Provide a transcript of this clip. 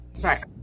Right